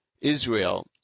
Israel